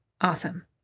Awesome